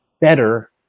better